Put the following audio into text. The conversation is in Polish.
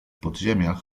podziemiach